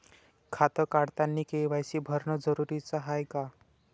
खातं काढतानी के.वाय.सी भरनं जरुरीच हाय का?